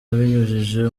abinyujije